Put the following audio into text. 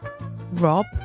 rob